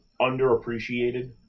underappreciated